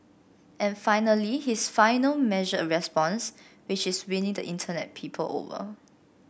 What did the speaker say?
and finally his final measured response which is winning the Internet people over